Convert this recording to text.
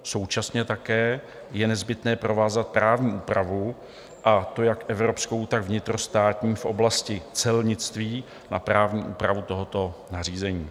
Současně také je nezbytné provázat právní úpravu, a to jak evropskou, tak vnitrostátní, v oblasti celnictví na právní úpravu tohoto nařízení.